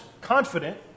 confident